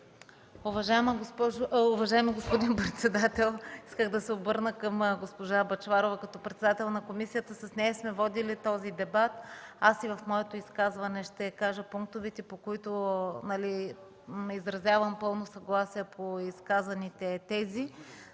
Уважаеми господин председател, искам да се обърна към госпожа Бъчварова като председател на комисията. С нея сме водили този дебат. И в моето изказване ще кажа пунктовете, по които изразявам пълно съгласие по изказаните тези.